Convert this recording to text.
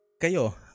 kayo